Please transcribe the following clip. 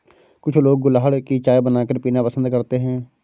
कुछ लोग गुलहड़ की चाय बनाकर पीना पसंद करते है